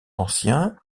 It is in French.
ancien